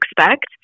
expect